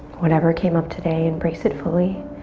whatever came up today, embrace it fully.